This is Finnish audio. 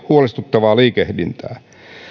huolestuttavaa liikehdintää